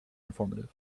informative